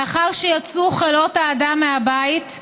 לאחר שיצאו חלאות האדם מהבית,